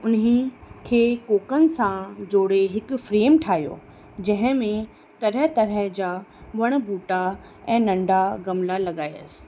उन्हीअ खे कोकनि सां जोड़े हिकु फ्रेम ठाहियो जंहिं में तरह तरह जा वण ॿूटा ऐं नंढा गमिला लॻायसि